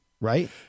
Right